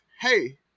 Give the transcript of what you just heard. hey